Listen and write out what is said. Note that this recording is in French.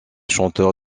chanteur